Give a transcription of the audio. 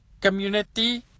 community